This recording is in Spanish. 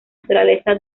naturaleza